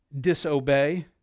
disobey